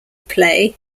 play